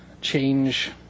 change